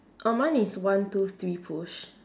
oh mine is one two three push